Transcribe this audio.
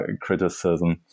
criticism